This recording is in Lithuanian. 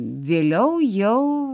vėliau jau